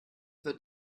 wird